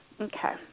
Okay